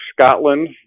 Scotland